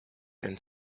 then